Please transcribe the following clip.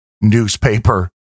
newspaper